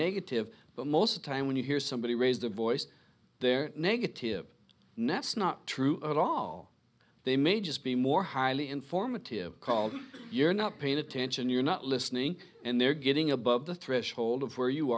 negative but most time when you hear somebody raise their voice their negative ness not true at all they may just be more highly informative called you're not paying attention you're not listening and they're getting above the threshold of where you